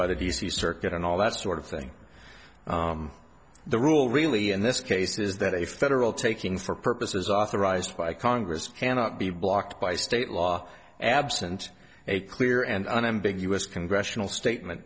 by the d c circuit and all that sort of thing the rule really in this case is that a federal taking for purposes authorized by congress cannot be blocked by state law absent a clear and unambiguous congressional statement